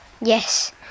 Yes